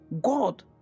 God